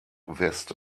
west